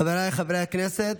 חבריי חברי הכנסת,